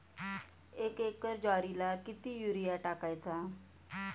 एक एकर ज्वारीला किती युरिया टाकायचा?